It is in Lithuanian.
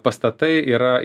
pastatai yra